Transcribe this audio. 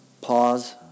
pause